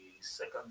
second